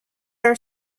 are